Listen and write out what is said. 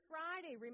Friday